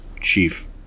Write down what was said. chief